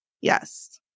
Yes